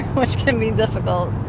which can be difficult